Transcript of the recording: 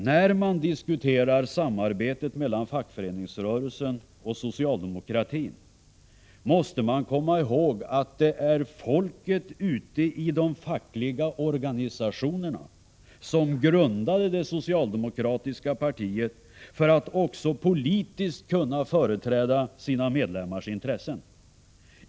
När man diskuterar samarbetet mellan fackföreningsrörelsen och socialdemokratin måste man komma ihåg att det är folket ute i de fackliga organisationerna som grundade det socialdemokratiska partiet för att också politiskt kunna företräda sina medlemmars intressen.